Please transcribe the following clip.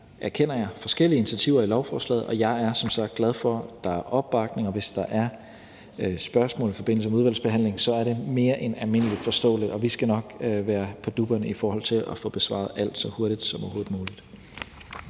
– erkender jeg – forskellige initiativer i lovforslaget, og jeg er som sagt glad for, at der er opbakning til det. Og hvis der er spørgsmål i forbindelse med udvalgsbehandlingen, er det mere end forståeligt, og vi skal nok være på dupperne i forhold til at få besvaret alt så hurtigt som overhovedet muligt.